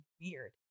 weird